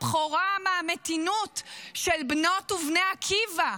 הבכורה מהמתינות של בנות ובני עקיבא?